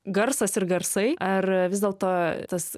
garsas ir garsai ar vis dėlto tas